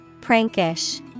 Prankish